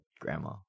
grandma